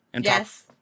yes